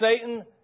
Satan